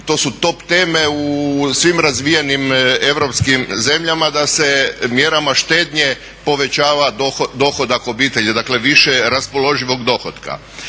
to su top teme u svim razvijenim europskim zemljama da se mjerama štednje povećava dohodak obitelji, dakle više je raspoloživog dohotka.